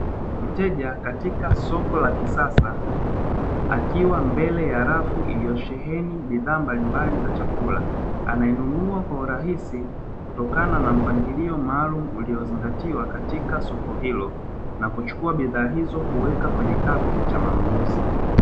Mteja katika soko la kisasa, akiwa mbele ya rafu iliyosheheni bidhaa mbalimbali za chakula. Anayenunua kwa urahisi, kutokana na mpangilio maalumu uliozingatiwa katika soko hilo, na kuchukua bidhaa hizo kuweka kwenye kikapu cha manunuzi.